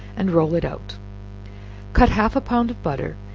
and roll it out cut half a pound of butter,